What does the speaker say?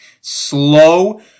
slow